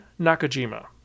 Nakajima